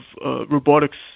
robotics